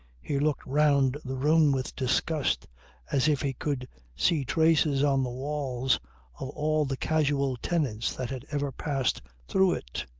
he looked round the room with disgust as if he could see traces on the walls of all the casual tenants that had ever passed through it.